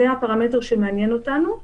זה הפרמטר שמעניין אותנו.